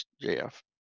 jeff